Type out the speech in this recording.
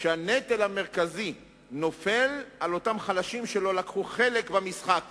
שהנטל המרכזי נופל על אותם חלשים שלא לקחו חלק במשחק